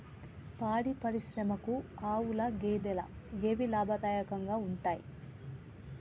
పాడి పరిశ్రమకు ఆవుల, గేదెల ఏవి లాభదాయకంగా ఉంటయ్?